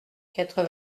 quatre